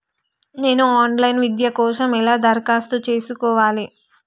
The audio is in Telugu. నేను ఆన్ లైన్ విద్య కోసం ఎలా దరఖాస్తు చేసుకోవాలి?